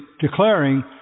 declaring